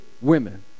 women